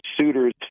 suitors